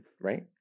right